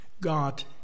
God